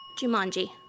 Jumanji